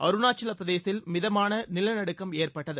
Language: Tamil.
அருணாச்சலப் பிரதேசில் மிதமான நிலநடுக்கம் ஏற்பட்டது